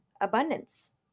abundance